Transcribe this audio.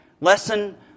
Lesson